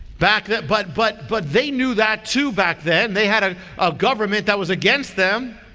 back that, but, but, but they knew that too back then. they had a ah government that was against them.